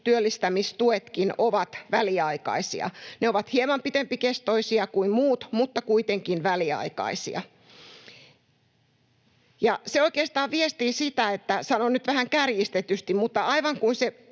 työllistämistuetkin ovat väliaikaisia. Ne ovat hieman pitempikestoisia kuin muut, mutta kuitenkin väliaikaisia. Se oikeastaan viestii sitä, että — sanon nyt vähän kärjistetysti — aivan kuin